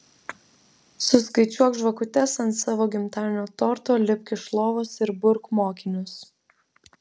suskaičiuok žvakutes ant savo gimtadienio torto lipk iš lovos ir burk mokinius